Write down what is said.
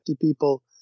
people